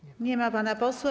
Nie ma pana posła.